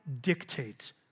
dictate